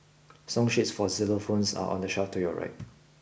song sheets for xylophones are on the shelf to your right